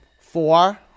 Four